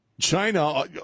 China